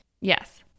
Yes